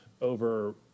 over